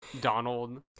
donald